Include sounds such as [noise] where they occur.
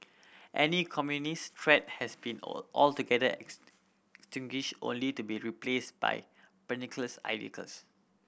any communist threat has been all altogether extinguished only to be replaced by [unintelligible]